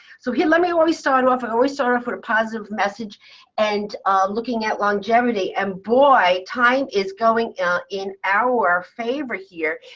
so here, let me start off. i always start off with a positive message and looking at longevity. and boy, time is going in our favor here.